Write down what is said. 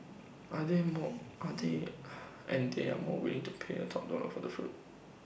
and they more and they and they are more willing to pay top dollar of the fruit